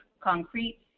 concrete